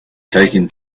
taken